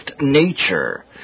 nature